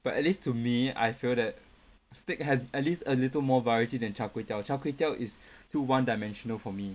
but at least to me I feel that steak has at least a little more variety than char kway teow char kway teow is too one dimensional for me